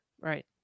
Right